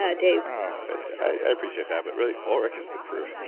ah dave um ah i appreciate that. but really, ulrich is the proof